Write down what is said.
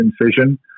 incision